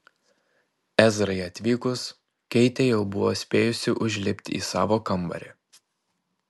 ezrai atvykus keitė jau buvo spėjusi užlipti į savo kambarį